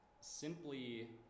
simply